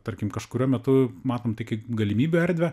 tarkim kažkuriuo metu matom tai kaip galimybių erdvę